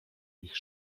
ich